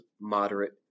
moderate